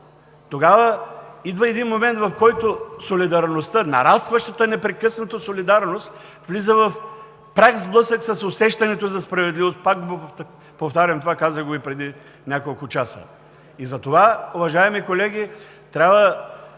тогава идва един момент, в който солидарността, нарастващата непрекъснато солидарност, влиза в пряк сблъсък с усещането за справедливост – пак повтарям това, казах го и преди няколко часа. Затова, уважаеми колеги, трябва